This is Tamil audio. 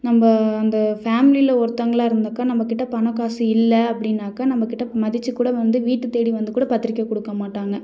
நம்ம அந்த ஃபேமிலியில ஒருத்தவங்களாக இருந்தாக்கா நம்மக்கிட்ட பணம் காசு இல்லை அப்படினாக்கா நம்மக்கிட்ட மதிச்சு கூட வந்து வீட்டு தேடி வந்துக் கூட பத்திரிக்கை கொடுக்க மாட்டாங்கள்